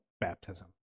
baptism